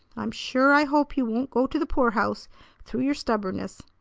i'm sure i hope you won't go to the poorhouse through your stubbornness.